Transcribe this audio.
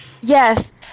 Yes